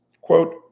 quote